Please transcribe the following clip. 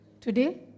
today